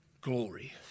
glory